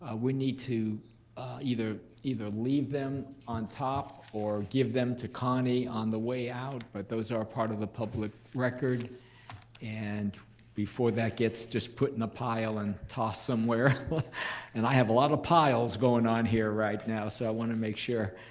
ah we need to either either leave them on top or give them to connie on the way out, but those are part of the public record and before that gets just put in a pile and tossed somewhere but and i have a lot of piles going on here right now, so i want to make sure